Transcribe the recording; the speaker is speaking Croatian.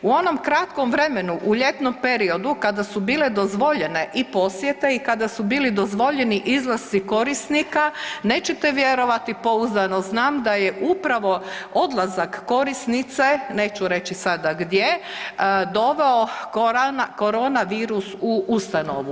U onom kratkom vremenu, u ljetnom periodu kada su bile dozvoljene i posjete i kada su bili dozvoljeni izlasci korisnika nećete vjerovati, pouzdano znam da je upravo odlazak korisnice, neću reći sada gdje, doveo korona virus u ustanovu.